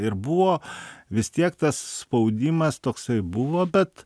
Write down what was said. ir buvo vis tiek tas spaudimas toksai buvo bet